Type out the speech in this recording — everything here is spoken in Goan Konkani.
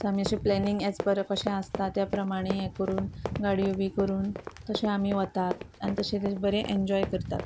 आमी अशें प्लेनींग पर कशें आसता त्या प्रमाणे हे करून गाडयो बी करून तशे आमी वतात आनी तशें बरें एन्जॉय करतात